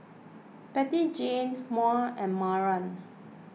Bettyjane Maud and Maren